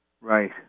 Right